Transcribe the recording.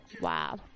Wow